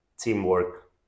teamwork